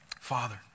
Father